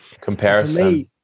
comparison